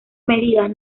medidas